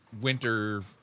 winter